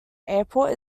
airport